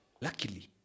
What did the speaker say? Luckily